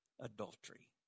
adultery